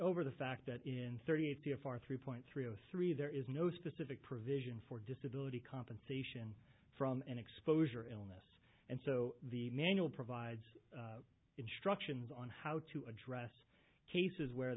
over the fact that in thirty four three point three zero three there is no specific provision for disability compensation from an exposure illness and so the manual provides instructions on how to address cases where